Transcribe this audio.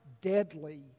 deadly